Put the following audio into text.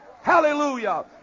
Hallelujah